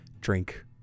drink